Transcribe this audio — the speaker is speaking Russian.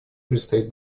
предстоит